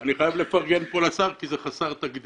ואני חייב לפרגן פה לשר כי העמדה הזאת היא חסרת תקדים.